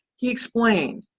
he explained,